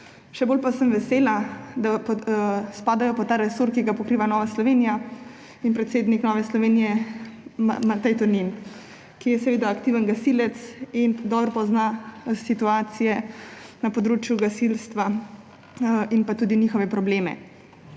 Še bolj pa sem vesela, da spadajo pod resor, ki ga pokrivata Nova Slovenija in predsednik Nove Slovenije Matej Tonin, ki je seveda aktiven gasilec in dobro pozna situacije na področju gasilstva in tudi njihove probleme.